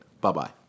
Bye-bye